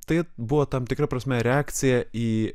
tai buvo tam tikra prasme reakcija į